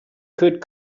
could